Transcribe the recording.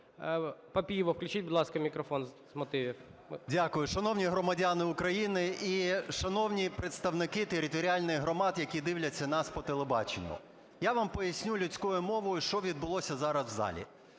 Папієву включіть, будь ласка, мікрофон з мотивів. 12:47:30 ПАПІЄВ М.М. Дякую. Шановні громадяни України і шановні представники територіальних громад, які дивляться нас по телебаченню! Я вам поясню людською мовою, що відбулося зараз в залі.